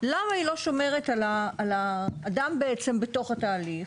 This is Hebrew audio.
למה היא לא שומרת על האדם בעצם בתוך התהליך?